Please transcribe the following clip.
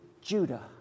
Judah